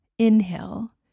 Inhale